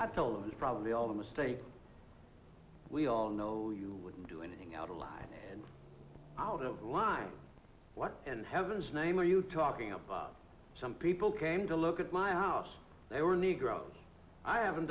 i told him he probably all the mistake we all know you wouldn't do anything out alive and out of line what in heaven's name are you talking about some people came to look at my house they were negroes i haven't